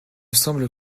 semble